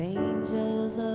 angels